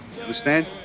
Understand